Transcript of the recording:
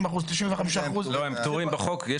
הם פטורים בחוק.